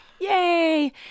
Yay